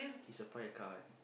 he supply the car one